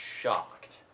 shocked